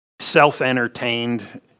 self-entertained